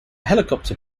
helicopter